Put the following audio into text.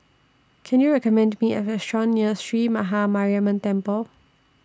Can YOU recommend Me A Restaurant near Sree Maha Mariamman Temple